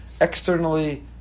Externally